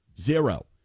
Zero